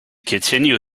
continue